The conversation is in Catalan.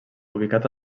ubicat